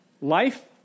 Life